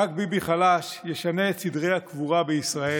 רק ביבי חלש ישנה את סדרי הקבורה בישראל,